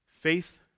Faith